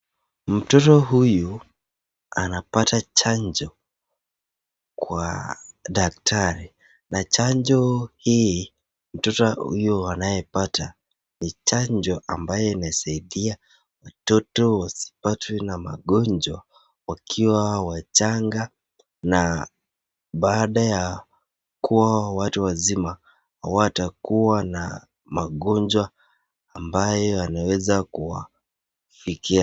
Mtoto mdogo ambae anaonekana kupanga